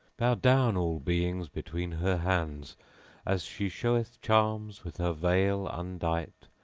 bow down all beings between her hands as she showeth charms with her veil undight.